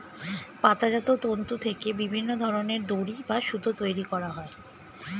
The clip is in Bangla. পাতাজাত তন্তু থেকে বিভিন্ন ধরনের দড়ি বা সুতো তৈরি করা হয়